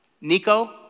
Nico